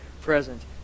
present